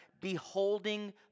beholding